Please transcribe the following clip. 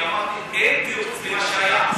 אני אמרתי: אין תירוץ למה שהיה.